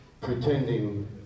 pretending